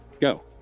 Go